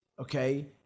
okay